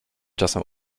czasem